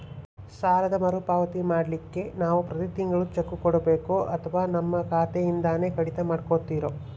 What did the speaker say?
ಸಾಲದ ಮರುಪಾವತಿ ಮಾಡ್ಲಿಕ್ಕೆ ನಾವು ಪ್ರತಿ ತಿಂಗಳು ಚೆಕ್ಕು ಕೊಡಬೇಕೋ ಅಥವಾ ನಮ್ಮ ಖಾತೆಯಿಂದನೆ ಕಡಿತ ಮಾಡ್ಕೊತಿರೋ?